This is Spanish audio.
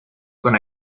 con